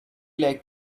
like